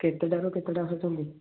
କେତେଟାରୁ କେତେଟା ଆସୁଛନ୍ତି